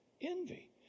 Envy